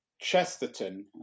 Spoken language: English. Chesterton